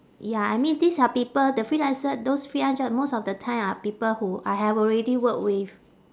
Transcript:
ya I mean these are people the freelancer those freelance job most of the time are people who I have already work with